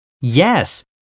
Yes